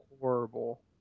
horrible